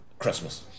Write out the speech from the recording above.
Christmas